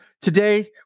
Today